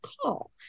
call